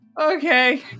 Okay